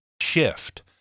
shift